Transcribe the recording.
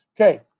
Okay